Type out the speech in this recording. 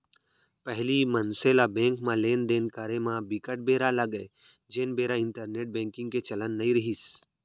पहिली मनसे ल बेंक म लेन देन करे म बिकट बेरा लगय जेन बेरा इंटरनेंट बेंकिग के चलन नइ रिहिस